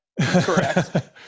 correct